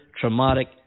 traumatic